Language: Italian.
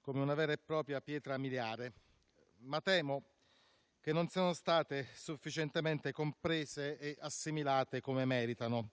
come una vera e propria pietra miliare, ma temo che non siano state sufficientemente comprese e assimilate come meritano.